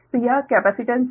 तो यह कैपेसिटेंस है